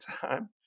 time